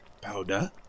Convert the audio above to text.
powder